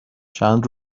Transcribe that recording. چند